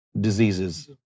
diseases